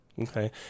Okay